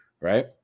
right